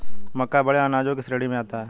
मक्का बड़े अनाजों की श्रेणी में आता है